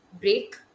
break